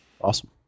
awesome